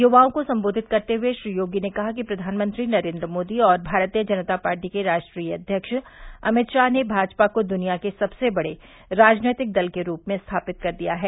युवाओं को संबोधित करते हुए श्री योगी ने कहा कि प्रधानमंत्री नरेन्द्र मोदी और भारतीय जनता पार्टी के राष्ट्रीय अव्यक्ष अमित शाह ने भाजपा को दुनिया के सबसे बड़े राजनैतिक दल के रूप में स्थापित कर दिया है